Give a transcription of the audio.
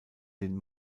den